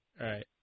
right